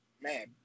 man